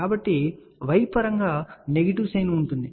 కాబట్టి y పరంగా negative sign ఉంటుంది